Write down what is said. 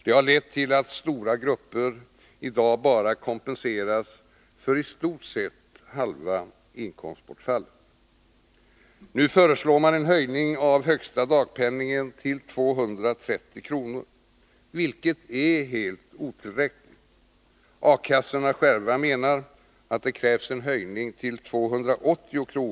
Det har lett till att stora grupper i dag bara kompenseras för i stort sett halva inkomstbortfallet. Nu föreslås en höjning av den högsta dagpenningen till 230 kr., vilket är helt otillräckligt. A-kassorna själva menar att det krävs en höjning till 280 kr.